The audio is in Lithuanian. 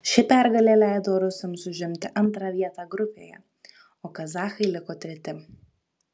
ši pergalė leido rusams užimti antrą vietą grupėje o kazachai liko treti